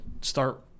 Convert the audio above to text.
start